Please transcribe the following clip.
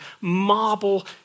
marble